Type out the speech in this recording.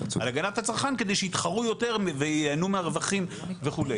הגנת הצרכן כדי שיתחרו יותר וייהנו מהרווחים וכו'.